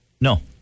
No